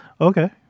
Okay